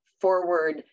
forward